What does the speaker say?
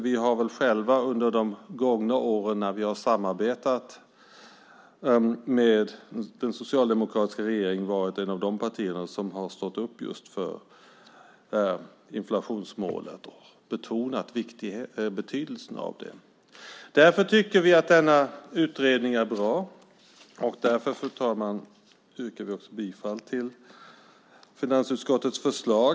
Vi har väl själva under de gångna åren när vi har samarbetat med den socialdemokratiska regeringen varit ett av de partier som har stått upp för inflationsmålet och betonat betydelsen av det. Därför tycker vi att denna utredning är bra, och därför, fru talman, yrkar vi också bifall till finansutskottets förslag.